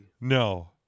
No